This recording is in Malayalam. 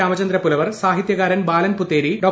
രാമചന്ദ്ര പുലവർ സാഹിത്യകാരൻ ബാലൻ പുതേരി ഡോ